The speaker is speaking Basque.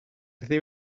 erdi